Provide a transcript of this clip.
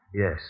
Yes